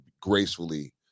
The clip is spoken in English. gracefully